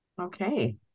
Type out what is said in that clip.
Okay